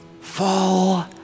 Fall